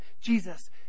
Jesus